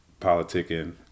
politicking